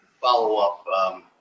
Follow-up